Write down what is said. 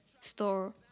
store